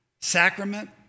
sacrament